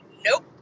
Nope